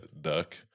duck